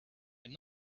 and